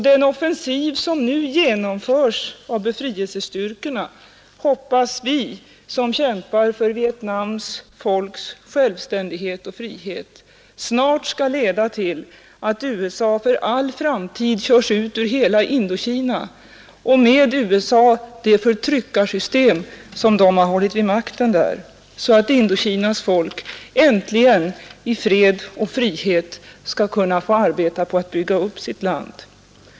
Den offensiv som nu genomförs av befrielsestyrkorna hoppas vi, som kämpar för Vietnams folks självständighet och frihet, snart skall leda till att USA för all framtid körs ut ur hela Indokina och med USA det förtryckarsystem som amerikanerna har hållit vid makten där, så att Indokinas folk äntligen i fred och frihet skall kunna få arbeta på att bygga upp sitt land.